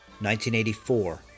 1984